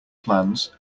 plans